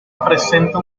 presenta